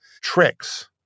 tricks